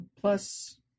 Plus